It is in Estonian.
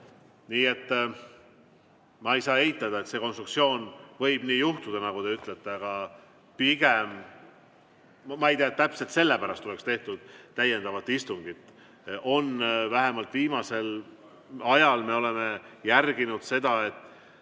lühem. Ma ei saa eitada, et see võib nii juhtuda, nagu te ütlete. Aga ma ei tea, et täpselt sellepärast oleks tehtud täiendavat istungit. Vähemalt viimasel ajal me oleme järginud seda, et